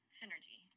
synergy